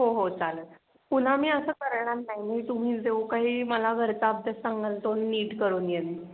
हो हो चालेल पुन्हा मी असं करणार नाही तुम्ही जो काही मला घरचा सांगाल तो नीट करून येईन